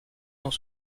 sont